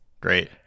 Great